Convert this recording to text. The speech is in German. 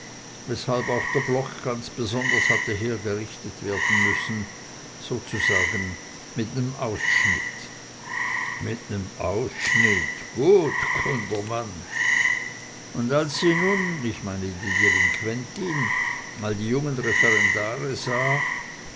weshalb auch der block ganz besonders hatte hergerichtet werden müssen sozusagen mit nem ausschnitt mit nem ausschnitt gut gundermann und als sie nun ich meine die delinquentin all die jungen referendare sah